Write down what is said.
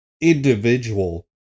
individual